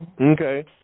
Okay